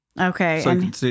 Okay